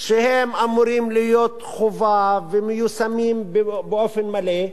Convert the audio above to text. שאמורים להיות חובה ומיושמים באופן מלא,